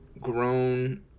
grown